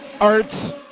arts